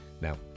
Now